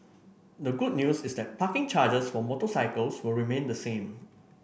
the good news is that parking charges for motorcycles will remain the same